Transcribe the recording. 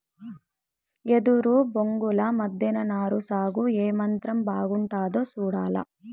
ఎదురు బొంగుల మద్దెన నారు సాగు ఏమాత్రం బాగుండాదో సూడాల